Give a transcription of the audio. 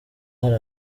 hari